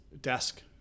desk